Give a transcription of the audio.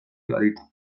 baditu